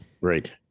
right